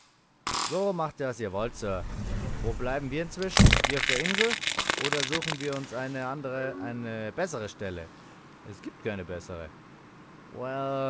so macht was ihr wollt sir wo bleiben wir inzwischen hier auf der insel oder suchen wir uns eine andere eine bessere stelle es gibt keine bessere